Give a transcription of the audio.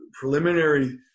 preliminary